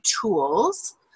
tools